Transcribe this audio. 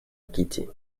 кити